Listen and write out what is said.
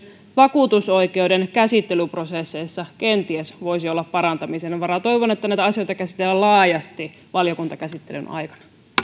vakuutusoikeuden käsittelyprosesseissa kenties voisi olla parantamisen varaa toivon että näitä asioita käsitellään laajasti valiokuntakäsittelyn aikana